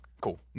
cool